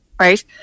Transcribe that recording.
Right